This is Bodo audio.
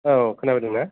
औ खोनादों ना